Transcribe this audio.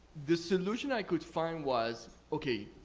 the solution i could find was, okay,